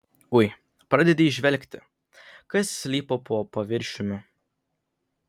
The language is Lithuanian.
ui pradedi įžvelgti kas slypi po paviršiumi